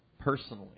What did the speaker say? personally